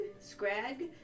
Scrag